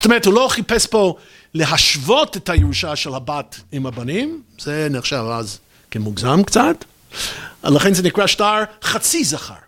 זאת אומרת, הוא לא חיפש פה להשוות את הירושה של הבת עם הבנים, זה נחשב אז כמוגזם קצת, לכן זה נקרא שטר חצי זכר.